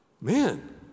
man